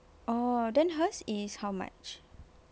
oh then hers is how much